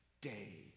day